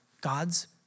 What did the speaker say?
God's